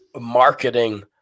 marketing